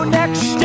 next